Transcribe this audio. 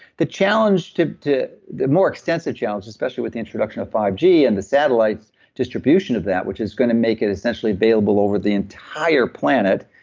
the challenge to to the more extensive challenges, especially with the introduction of five g and the satellites distribution of that, which is going to make it essentially available over the entire planet,